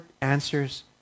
answers